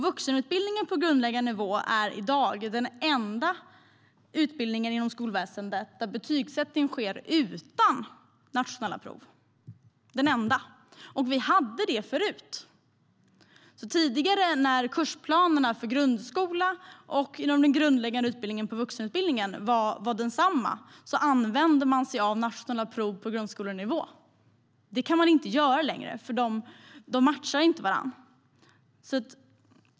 Vuxenutbildningen på grundläggande nivå är i dag den enda utbildningen inom skolväsendet där betygsättning sker utan nationella prov. Förut hade vi det. Tidigare, när kursplanerna för grundskola och den grundläggande utbildningen på vuxenutbildningen var desamma, använde man sig av nationella prov på grundskolenivå. Det kan man inte göra längre, för de matchar inte varandra.